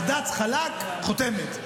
בד"ץ, חלק, חותמת.